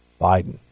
Biden